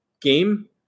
game